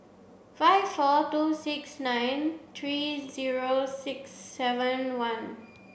five four two six nine three zero six seven one